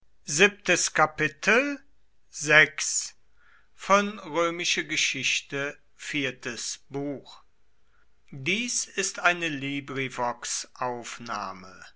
dies ist die